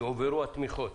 יועברו התמיכות